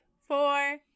four